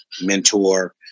mentor